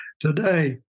today